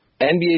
NBA